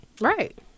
Right